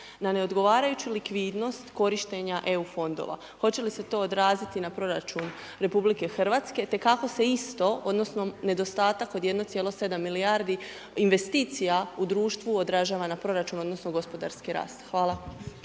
na neodgovarajuću likvidnost korištenja EU fondova, hoće li se to odraziti na proračun Republike Hrvatske, te kako se isto, odnosno nedostatak od 1,7 milijardi investicija u društvu, odražava na proračun odnosno gospodarski rast? Hvala.